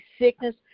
sickness